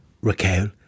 Raquel